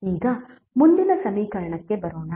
ಈಗ ಮುಂದಿನ ಸಮೀಕರಣಕ್ಕೆ ಬರೋಣ